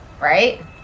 Right